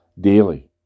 daily